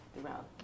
throughout